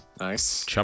Nice